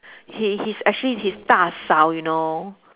he his actually his 大嫂 you know